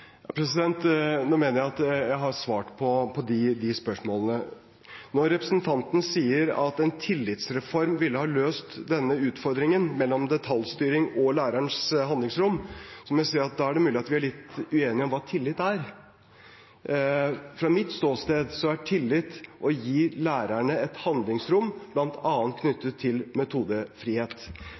mener at jeg har svart på de spørsmålene. Når representanten sier at en tillitsreform ville ha løst utfordringen mellom detaljstyring og lærerens handlingsrom, må jeg si at da er det mulig at vi er litt uenige om hva tillit er. Fra mitt ståsted er tillit å gi lærerne et handlingsrom knyttet til bl.a. metodefrihet.